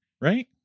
Right